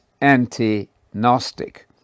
anti-gnostic